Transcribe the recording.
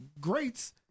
greats